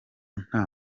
nta